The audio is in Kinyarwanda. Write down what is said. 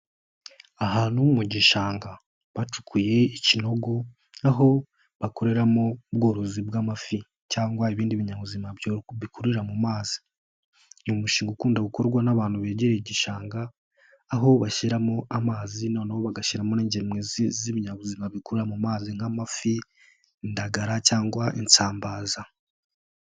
Ahantu mu gishanga bacukuye ikinogo, aho bakoreramo ubworozi bw'amafi cyangwa ibindi binyabuzima bikurira mu mazi. Uyu mushinga ukunda gukorwa n'abantu begereye igishanga, aho bashyiramo amazi noneho bagashyiramo n'ingemwe z'ibinyabuzima bikurira mu mazi nk'amafi indagara cyangwa insambaza.